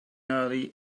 early